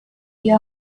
you